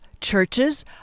churches